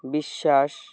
বিশ্বাস